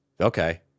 okay